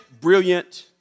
brilliant